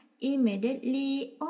immediately